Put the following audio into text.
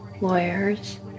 lawyers